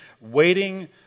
waiting